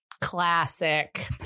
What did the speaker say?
Classic